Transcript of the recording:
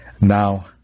Now